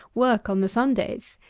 work on the sundays.